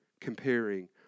comparing